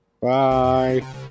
Bye